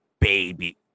baby